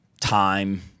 time